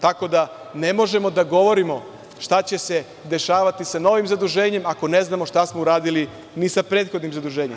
Tako da, ne možemo da govorimo šta će se dešavati sa novim zaduženjima, ako ne znamo ni šta smo uradili sa prethodnim zaduženjem.